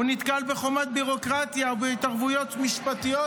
הוא נתקל בחומת ביורוקרטיה ובהתערבויות משפטיות